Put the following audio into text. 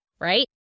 Right